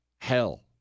Hell